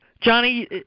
Johnny